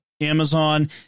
Amazon